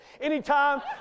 Anytime